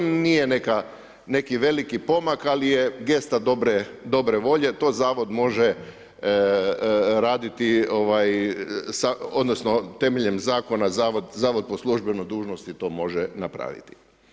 To nije neki veliki pomak ali je gesta dobre volje, to zavod može raditi odnosno temeljem zakona zavod po službenoj dužnosti to može napraviti.